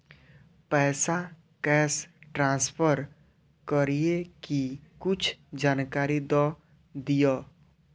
पैसा cash transfer करऐ कि कुछ जानकारी द दिअ